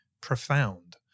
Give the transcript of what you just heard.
profound